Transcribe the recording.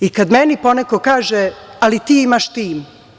I kad meni poneko kaže, ali ti imaš tim.